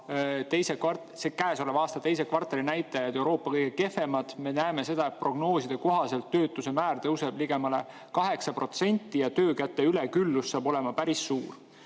langust, käesoleva aasta teise kvartali näitajad Euroopa kõige kehvemad. Me näeme seda, et prognooside kohaselt tõuseb töötuse määr ligemale 8% ja töökäte üleküllus saab olema päris suur.